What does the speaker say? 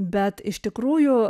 bet iš tikrųjų